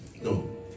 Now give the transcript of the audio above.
No